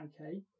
Okay